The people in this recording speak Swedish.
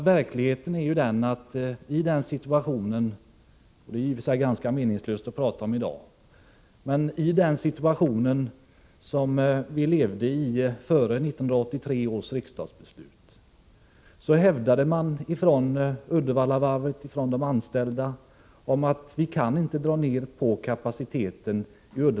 Verkligheten är den att i den situation — men det är i och för sig ganska meningslöst att tala om detta i dag — som vi levde i före 1983 års riksdagsbeslut hävdade Uddevallavarvet och de anställda att det inte gick att dra ned på kapaciteten.